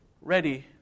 ready